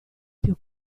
più